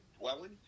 dwelling